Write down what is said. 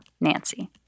Nancy